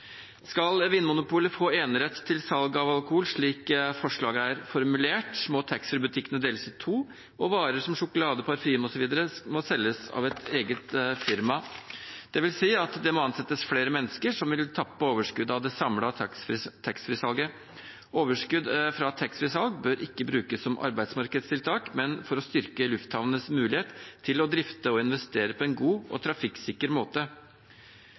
Skal Vinmonopolet få enerett til salg av alkohol, slik forslaget er formulert, må taxfree-butikkene deles i to, og varer som sjokolade, parfyme osv. må selges av et eget firma. Det vil si at det må ansettes flere mennesker som vil tappe overskuddet av det samlede taxfree-salget. Overskudd fra taxfree-salg bør ikke brukes som arbeidsmarkedstiltak, men til å styrke lufthavnenes mulighet til å drifte og investere på en god og trafikksikker måte.